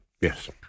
Yes